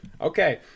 okay